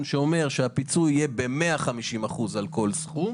שאומר שהפיצוי יהיה ב-150% על כל סכום.